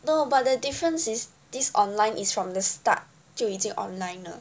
no but the difference is this online is from the start 就已经 online 了